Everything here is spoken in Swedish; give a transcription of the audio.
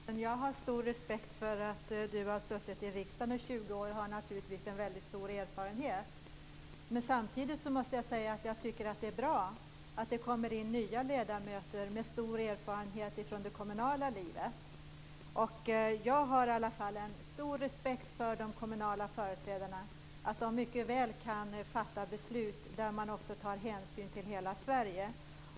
Herr talman! Jag har stor respekt för att Lennart Nilsson har suttit i riksdagen i 20 år och har stor erfarenhet. Samtidigt tycker jag att det är bra att det kommer in nya ledamöter med stor erfarenhet från det kommunala livet. Jag har stor respekt för de kommunala företrädarna och att de kan fatta beslut där hänsyn tas till hela Sverige.